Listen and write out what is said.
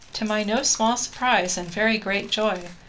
to my no small surprise, and very great joy,